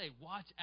Watch